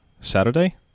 saturday